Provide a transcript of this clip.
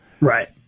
Right